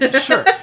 Sure